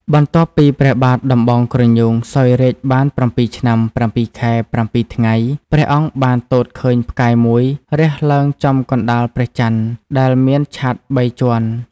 បន្ទាប់ពីព្រះបាទដំបងក្រញូងសោយរាជ្យបាន ៧ឆ្នាំ ៧ខែ ៧ថ្ងៃ ព្រះអង្គបានទតឃើញផ្កាយមួយរះឡើងចំកណ្តាលព្រះច័ន្ទដែលមានឆត្រ ៣ជាន់ ។